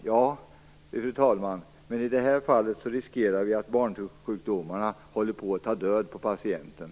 Ja, fru talman, men i detta fall riskerar vi att barnsjukdomarna håller på att ta död på patienten.